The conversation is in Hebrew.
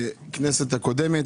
בכנסת הקודמת,